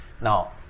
now